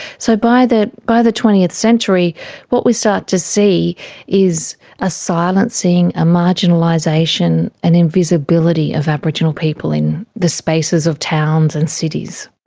so by the by the twentieth century what we start to see is a silencing, a marginalisation, an invisibility of aboriginal people in the spaces of towns and cities.